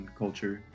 culture